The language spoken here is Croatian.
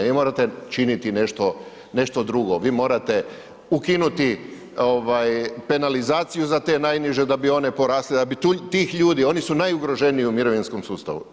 Vi morate činiti nešto drugo, vi morate ukinuti penalizaciju za te najniže da bi one porasle, tih ljudi oni su najugroženiji u mirovinskom sustavu.